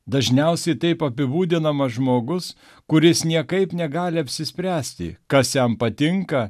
dažniausiai taip apibūdinamas žmogus kuris niekaip negali apsispręsti kas jam patinka